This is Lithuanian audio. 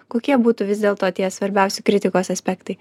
kokie būtų vis dėlto tie svarbiausi kritikos aspektai